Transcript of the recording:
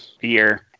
year